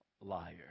liar